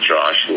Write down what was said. Josh